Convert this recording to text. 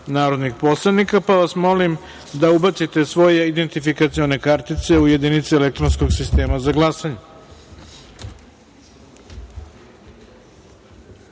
narodnih poslanika, pa vas molim da ubacite svoje identifikacione kartice u jedinice elektronskog sistema za